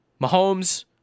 Mahomes